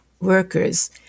workers